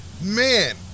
man